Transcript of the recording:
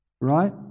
Right